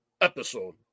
episode